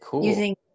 using